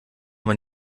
man